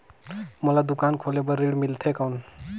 मोला दुकान खोले बार ऋण मिलथे कौन?